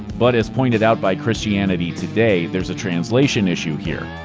but as pointed out by christianity today, there's a translation issue here.